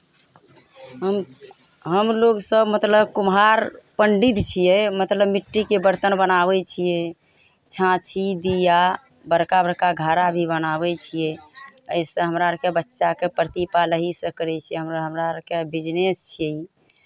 हम हमलोग सभ मतलब कुम्हार पण्डित छियै मतलब मिट्टीके बरतन बनाबै छियै छाँछी दीया बड़का बड़का घड़ा भी बनाबै छियै एहिसँ हमरा आरके बच्चाके प्रतिपाल एहीसँ करै छियै हमरा हमरा आरके बिजनेस छियै ई